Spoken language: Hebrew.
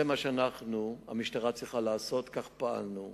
זה מה שהמשטרה צריכה לעשות, כך פעלנו.